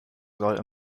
sollte